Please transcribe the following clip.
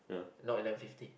no eleven fifty